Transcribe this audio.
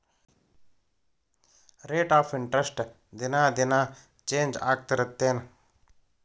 rate of interest ದಿನಾ ದಿನಾ change ಆಗ್ತಿರತ್ತೆನ್